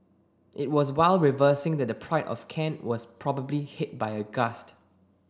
it was while reversing that the Pride of Kent was probably hit by a gust